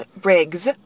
Briggs